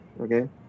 okay